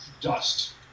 dust